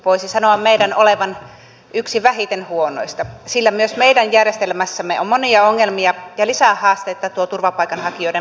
voisi sanoa meidän olevan yksi vähiten huonoista sillä myös meidän järjestelmässämme on monia ongelmia ja lisähaastetta tuo turvapaikanhakijoiden moninkertaistunut määrä